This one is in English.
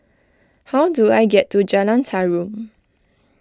how do I get to Jalan Tarum